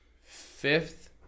fifth